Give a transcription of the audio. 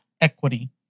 equity